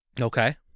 Okay